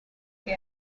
que